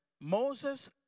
Moses